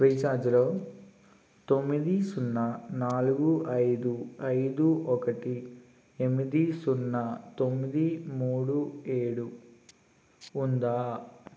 ఫ్రీచార్జ్లో తొమ్మిది సున్నా నాలుగు ఐదు ఐదు ఒకటి ఎన్మిది సున్నా తొమ్మిది మూడు ఏడు ఉందా